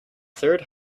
third